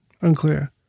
Unclear